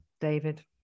David